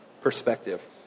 perspective